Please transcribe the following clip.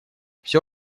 все